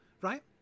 right